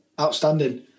outstanding